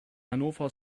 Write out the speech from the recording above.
hannover